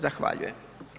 Zahvaljujem.